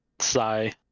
sigh